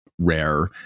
rare